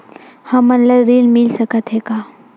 हमन ला ऋण मिल सकत हे का?